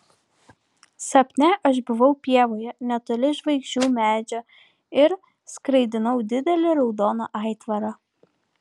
sapne aš buvau pievoje netoli žvaigždžių medžio ir skraidinau didelį raudoną aitvarą